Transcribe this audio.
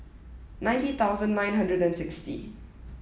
ninety thousand nine hundred and sixty